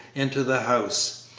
into the house,